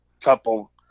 couple